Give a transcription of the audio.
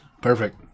Perfect